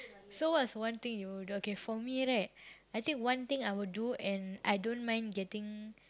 so what's one thing you'll do okay for me right I think one thing I would do and I don't mind getting